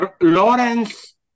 Lawrence